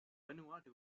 vanuatu